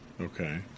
Okay